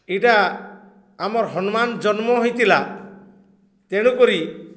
ଏଇଟା ଆମର୍ ହନୁମାନ ଜନ୍ମ ହୋଇଥିଲା ତେଣୁକରି